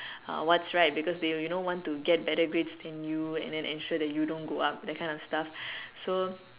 uh what's right because they you know want to get better grades than you and then ensure you don't go up that kind of stuff so